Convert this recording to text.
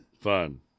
fun